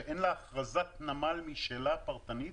שאין לה הכרזת נמל משלה פרטנית.